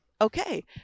okay